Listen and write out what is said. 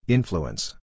Influence